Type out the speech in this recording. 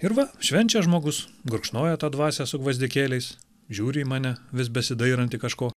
ir va švenčia žmogus gurkšnoja tą dvasią su gvazdikėliais žiūri į mane vis besidairantį kažko